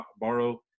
borrow